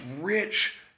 rich